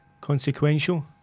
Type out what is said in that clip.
Consequential